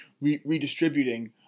redistributing